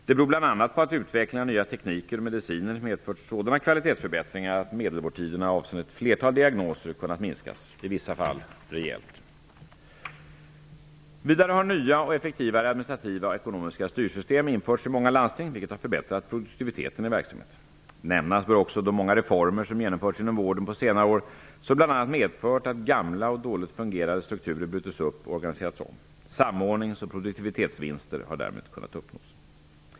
Det beror bl.a. på att utvecklingen av nya tekniker och mediciner medfört sådana kvalitetsförbättringar att medelvårdtiderna avseende ett flertal diagnoser kunnat minskas, i vissa fall rejält. Vidare har nya, effektivare administrativa och ekonomiska styrsystem införts i många landsting, vilket har förbättrat produktiviteten i verksamheten. Nämnas bör också de många reformer som genomförts inom vården på senare år som bl.a. medfört att gamla och dåligt fungerande strukturer brutits upp och organiserats om. Samordnings och produktivitetsvinster har därmed kunnat uppnås.